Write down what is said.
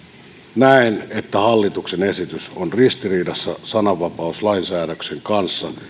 näen että hallituksen esitys on ristiriidassa sananvapaussäännöksen kanssa